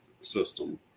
system